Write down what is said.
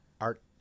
art